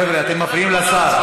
חבר'ה, אתם מפריעים לשר.